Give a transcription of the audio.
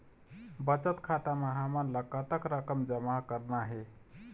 बचत खाता म हमन ला कतक रकम जमा करना हे?